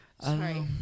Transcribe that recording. Sorry